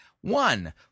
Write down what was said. One